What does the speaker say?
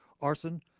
arson